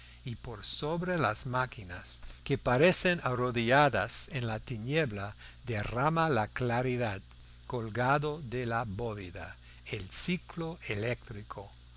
y por sobre las máquinas que parecen arrodilladas en la tiniebla derrama la claridad colgado de la bóveda el ciclo eléctrico